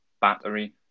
battery